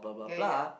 get it ya